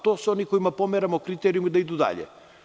To su oni kojima pomeramo kriterijume da idu dalje.